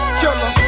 killer